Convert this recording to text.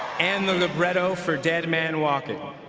and the libretto for dead man walking,